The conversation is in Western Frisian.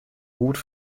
goed